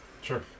Sure